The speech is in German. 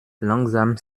langsam